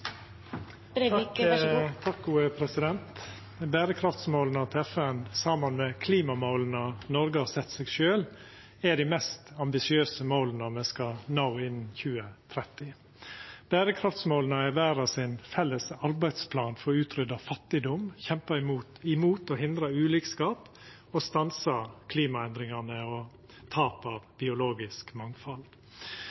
dei mest ambisiøse måla me skal nå innan 2030. Berekraftsmåla er verdas felles arbeidsplan for å utrydda fattigdom, kjempa mot og hindra ulikskap og stansa klimaendringane og